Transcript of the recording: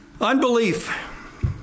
Unbelief